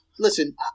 listen